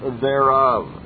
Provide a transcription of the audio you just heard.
thereof